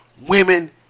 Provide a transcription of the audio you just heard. women